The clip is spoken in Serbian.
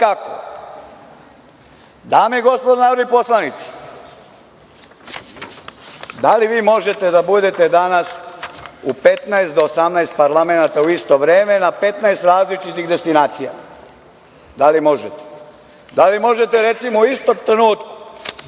i gospodo narodni poslanici, da li vi možete da budete danas u 15 do 18 parlamenata u isto vreme na 15 različitih destinacija? Da li možete? Da li možete, recimo, u istom trenutku